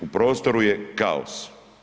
U prostoru je kaos.